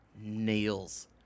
nails